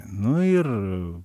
nu ir